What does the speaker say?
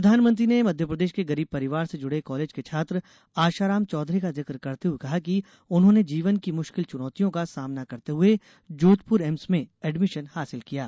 प्रधानमंत्री ने मध्यप्रदेश के गरीब परिवार से जुड़े कालेज के छात्र आशाराम चौधरी का जिक करते हुए कहा कि उन्होंने जीवन की मुश्किल चुनौतियों को सामना करते हुए सफलता हासिल की है